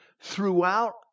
throughout